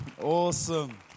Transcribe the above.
Awesome